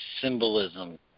symbolism